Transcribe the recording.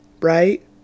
right